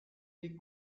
des